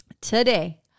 today